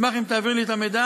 אשמח אם תעביר לי את המידע,